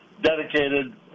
dedicated